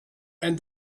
and